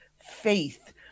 faith